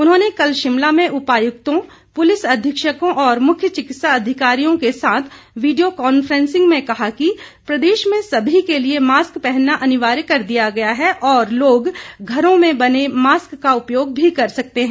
उन्होंने कल शिमला में उपायुक्तों पुलिस अधीक्षकों और मुख्य चिकित्सा अधिकारियों के साथ वीडियो कांफ्रेंसिंग में कहा कि प्रदेश में सभी के लिए मास्क पहनना अनिवार्य कर दिया गया है और लोग घरों में बने मास्क का उपयोग भी कर सकते हैं